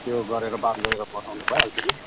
त्यो गरेर बात गरेर पठाउँदा भइहाल्छ नि